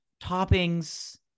toppings